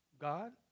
God